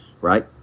right